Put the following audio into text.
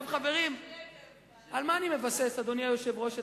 אדוני היושב-ראש,